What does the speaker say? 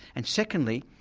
and secondly,